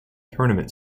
tournament